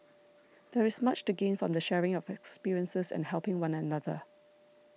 there is much to gain from the sharing of experiences and helping one another